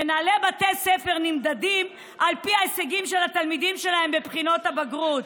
מנהלי בתי הספר נמדדים על פי ההישגים של התלמידים שלהם בבחינות הבגרות.